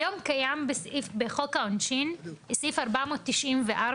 היום קיים בחוק העונשין סעיף 494,